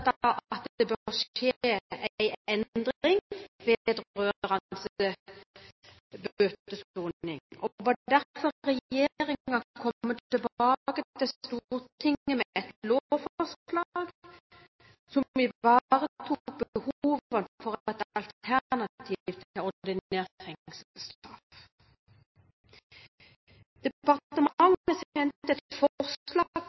at det bør skje en endring vedrørende bøtesoning og ba derfor regjeringen komme tilbake til Stortinget med et lovforslag som ivaretok behovet for et alternativ til